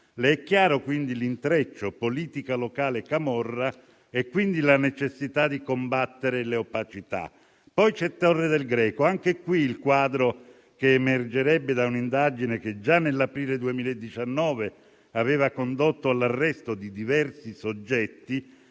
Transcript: Le sono chiari quindi l'intreccio tra la politica locale e la camorra e, di conseguenza, la necessità di combattere le opacità. C'è poi Torre del Greco: anche qui, il quadro che emergerebbe da un'indagine che già nell'aprile 2019 aveva condotto all'arresto di diversi soggetti,